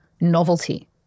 novelty